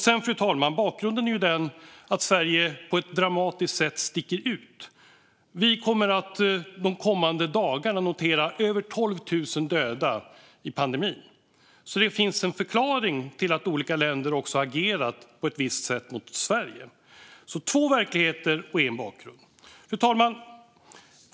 Sedan, fru talman, är ju bakgrunden den att Sverige på ett dramatiskt sätt sticker ut: Vi kommer de kommande dagarna att notera över 12 000 döda i pandemin. Det finns alltså en förklaring till att olika länder agerat på ett visst sätt mot Sverige. Alltså: två verkligheter och en bakgrund. Fru talman!